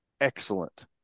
excellent